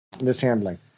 mishandling